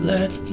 Let